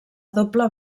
doble